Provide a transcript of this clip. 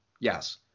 yes